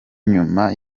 nyuma